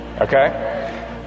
okay